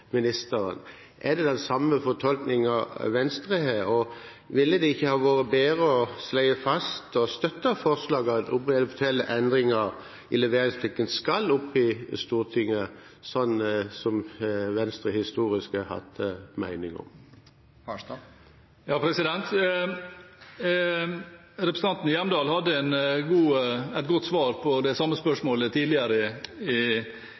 ministeren. Er det den samme fortolkningen Venstre har, og ville det ikke ha vært bedre å støtte forslaget om at endringer i leveringsplikten skal opp i Stortinget, sånn som Venstre historisk har hatt mening om? Representanten Hjemdal hadde et godt svar på det samme spørsmålet tidligere i